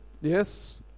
yes